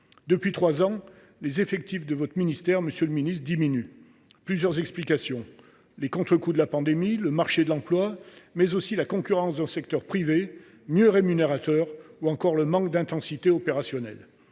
depuis trois ans, les effectifs de votre ministère diminuent. Il existe plusieurs explications à cela : les contrecoups de la pandémie, le marché de l’emploi, mais aussi la concurrence du secteur privé, plus rémunérateur, ou encore le manque d’intensité opérationnelle.